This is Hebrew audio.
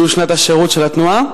שהוא שנת השירות של התנועה,